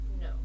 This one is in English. No